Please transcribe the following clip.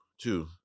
two